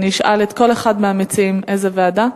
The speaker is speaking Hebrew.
אני אשאל את כל אחד מהמציעים איזו ועדה,